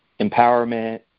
empowerment